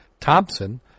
Thompson